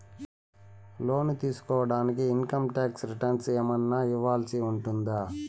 లోను తీసుకోడానికి income tax returns ఏమన్నా ఇవ్వాల్సి ఉంటుందా